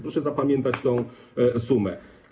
Proszę zapamiętać tę sumę.